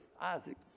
Isaac